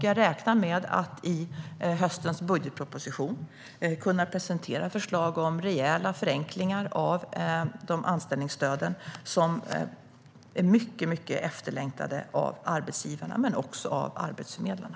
Jag räknar med att i höstens budgetproposition kunna presentera förslag om rejäla förenklingar av anställningsstöden, som är mycket efterlängtade av arbetsgivarna men också av arbetsförmedlarna.